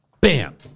Bam